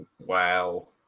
Wow